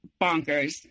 bonkers